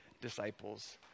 disciples